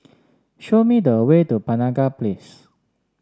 show me the way to Penaga Place